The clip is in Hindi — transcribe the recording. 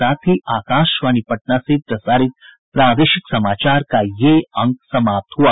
इसके साथ ही आकाशवाणी पटना से प्रसारित प्रादेशिक समाचार का ये अंक समाप्त हुआ